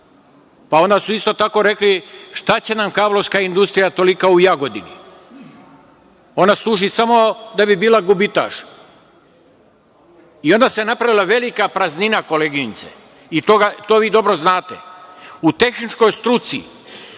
Pa, onda su isto tako rekli - šta će nam kablovska industrija tolika u Jagodini, ona služi samo da bi bila gubitaš. I onda se napravila velika praznina, koleginice, i to vi dobro znate.U tehničkoj struci